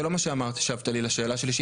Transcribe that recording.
זה לא מה שהשבת לי לשאלה שלי,